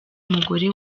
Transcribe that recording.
umugore